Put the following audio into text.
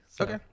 Okay